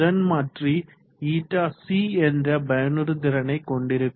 திறன் மாற்றி nc என்ற பயனுறுதிறனை கொண்டிருக்கும்